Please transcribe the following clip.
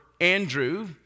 Andrew